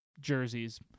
jerseys